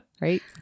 Right